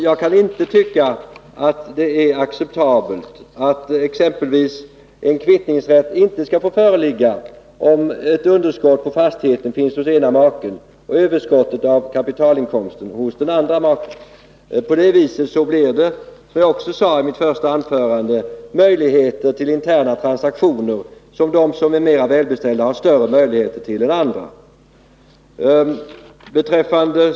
Jag kan inte finna att det är acceptabelt att exempelvis en kvittningsrätt inte skall få föreligga, om ett underskott på fastigheten finns hos ena maken och överskottet av kapitalinkomsten hos den andra maken. På det sättet blir det, som jag också sade i mitt första anförande, möjligheter till interna transaktioner, som de som är mera välbeställda har större möjligheter till än andra.